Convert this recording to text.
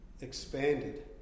expanded